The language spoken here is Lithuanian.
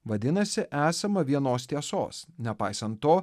vadinasi esama vienos tiesos nepaisant to